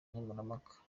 nkemurampaka